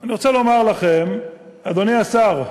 אני רוצה לומר לכם, אדוני השר,